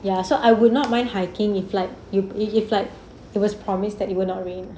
ya so I would not mind hiking if like if it's like it was promised that it will not rain